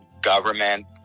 Government